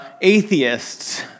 atheists